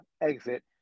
exit